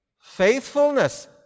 Faithfulness